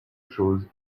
chose